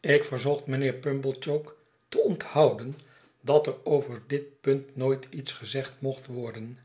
ik verzocht mijnheer pumblechook te onthouden dat er over dit punt nooit iets gezegd mocht worden